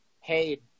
hey